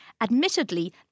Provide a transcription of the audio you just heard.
admittedly